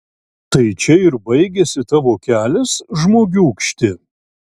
tai čia ir baigiasi tavo kelias žmogiūkšti